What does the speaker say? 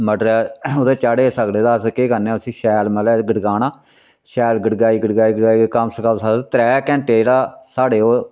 मटर ओह्दे चाढ़े सगले ते अस केह् करने आं उसी शैल मतलबै गड़काना शैल गड़काई गड़काई गड़काई कम से कम त्रै घैंटे जेह्ड़ा साढ़ै ओह्